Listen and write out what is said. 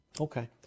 Okay